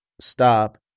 stop